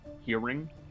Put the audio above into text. hearing